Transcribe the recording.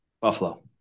Buffalo